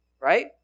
Right